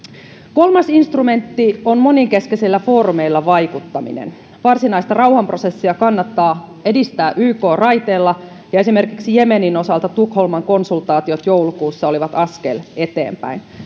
kolmas instrumentti on monenkeskisillä foorumeilla vaikuttaminen varsinaista rauhanprosessia kannattaa edistää yk raiteella ja esimerkiksi jemenin osalta tukholman konsultaatiot joulukuussa olivat askel eteenpäin